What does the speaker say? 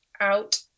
out